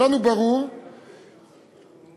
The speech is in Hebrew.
גם לנו ברור, סליחה.